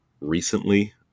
recently